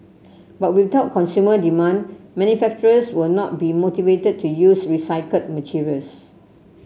but without consumer demand manufacturers will not be motivated to use recycled materials